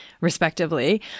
respectively